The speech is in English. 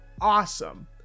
awesome